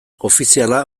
ofiziala